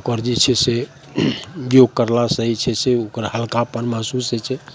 ओकर जे छै से योग करलासँ ही जे छै से ओकर हल्कापन महसूस होइ छै